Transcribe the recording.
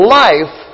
life